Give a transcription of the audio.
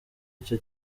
icyo